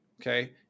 okay